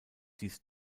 dies